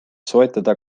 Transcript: soetada